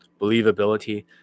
believability